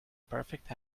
perfect